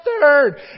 third